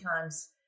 times